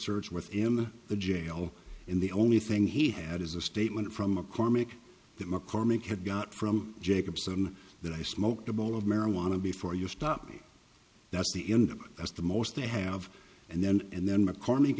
search with him the jail in the only thing he had is a statement from mccormick that mccormick had got from jacobson that i smoked a bowl of marijuana before you stop that's the end that's the most they have and then and then mccormick